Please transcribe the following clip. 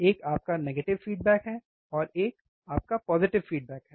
एक आपकी negative feedback है एक और आपकी पोज़िटिव फ़ीडबैक है